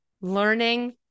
learning